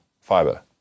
fiber